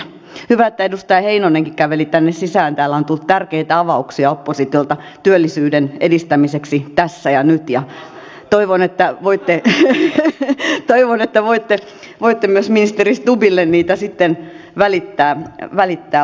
hyvä että edustaja heinonenkin käveli tänne sisään täällä on tullut tärkeitä avauksia oppositiolta työllisyyden edistämiseksi tässä ja nyt ja toivon että voitte myös ministeri stubbille niitä sitten välittää osaltanne